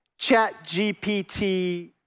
ChatGPT